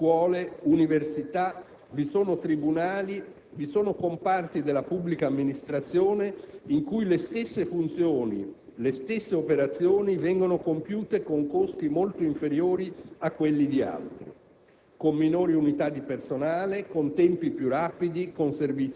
vi sono Regioni, Comuni, ospedali, scuole, università, tribunali, comparti della pubblica amministrazione in cui le stesse funzioni, le stesse operazioni vengono compiute con costi molto inferiori a quelli di altri;